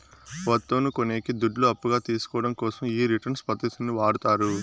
వత్తువును కొనేకి దుడ్లు అప్పుగా తీసుకోవడం కోసం ఈ రిటర్న్స్ పద్ధతిని వాడతారు